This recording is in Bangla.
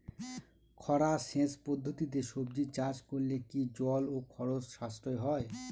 খরা সেচ পদ্ধতিতে সবজি চাষ করলে কি জল ও খরচ সাশ্রয় হয়?